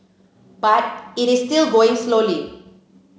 but it is still going slowly